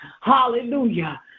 hallelujah